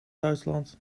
duitsland